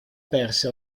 perse